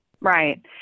Right